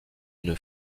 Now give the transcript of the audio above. une